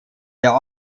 der